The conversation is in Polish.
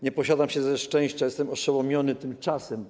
Nie posiadam się ze szczęścia, jestem oszołomiony tym czasem.